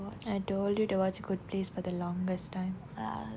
I told you to watch good place for the longest time